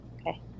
Okay